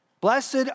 Blessed